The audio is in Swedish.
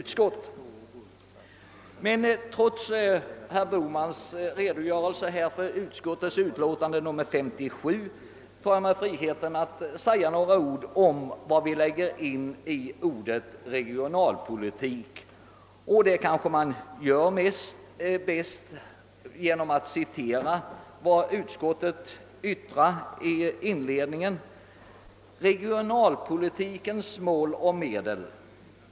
Trots herr Bohmans redogörelse för innehållet i statsutskottets utlåtande nr 57 tar jag mig ändå friheten säga några ord om vad vi lägger in i ordet regionalpolitik, och det gör jag kanske bäst genom att citera vad utskottet skrivit på s. 4: »Regionalpolitikens mål och medel.